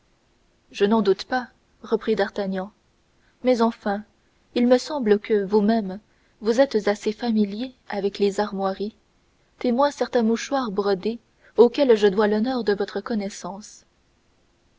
je n'en doute pas reprit d'artagnan mais enfin il me semble que vous-même vous êtes assez familier avec les armoiries témoin certain mouchoir brodé auquel je dois l'honneur de votre connaissance